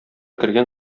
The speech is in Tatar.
кергән